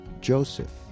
Joseph